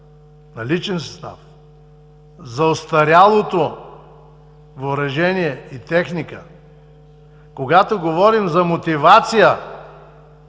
на личния състав, за остарялото въоръжение и техника. Когато говорим за мотивация,